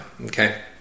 Okay